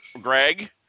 Greg